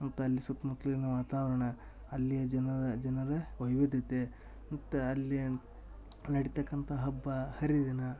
ಮತ್ತೆ ಅಲ್ಲಿ ಸುತ್ಮುತ್ತಲಿನ ವಾತಾವರಣ ಅಲ್ಲಿಯ ಜನ ಜನರ ವೈವಿಧ್ಯತೆ ಮತ್ತು ಅಲ್ಲಿ ನಡಿತಕ್ಕಂಥ ಹಬ್ಬ ಹರಿದಿನ